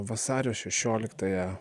vasario šešioliktąją